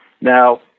Now